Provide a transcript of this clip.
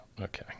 Okay